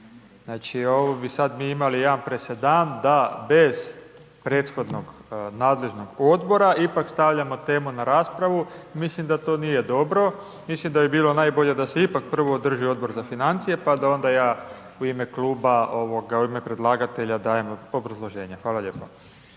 Znači, ovo bi, sad bi imali jedan presedan da bez prethodnog nadležnog odbora ipak stavljamo temu na raspravu, mislim da to nije dobro, mislim da bi bilo najbolje da se ipak prvo održi Odbor za financije, pa da onda ja u ime kluba, u ime predlagatelja dajem obrazloženje. Hvala lijepo.